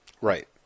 Right